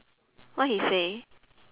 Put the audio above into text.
what he say